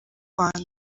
rwanda